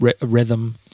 rhythm